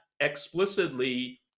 explicitly